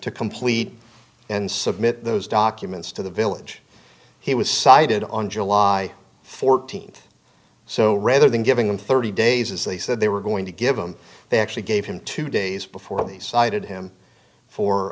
to complete and submit those documents to the village he was cited on july fourteenth so rather than giving them thirty days as they said they were going to give him they actually gave him two days before they cited him for